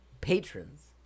patrons